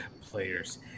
players